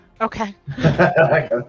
okay